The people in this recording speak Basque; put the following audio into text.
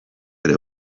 ere